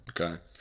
okay